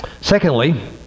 Secondly